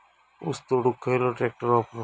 ऊस तोडुक खयलो ट्रॅक्टर वापरू?